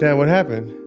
yeah what happened?